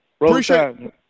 Appreciate